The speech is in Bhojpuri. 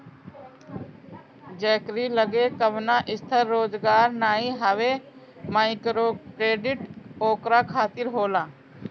जेकरी लगे कवनो स्थिर रोजगार नाइ हवे माइक्रोक्रेडिट ओकरा खातिर होला